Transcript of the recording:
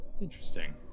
Interesting